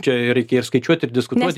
čia reikės skaičiuoti ir diskutuoti